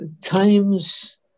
Times